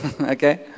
Okay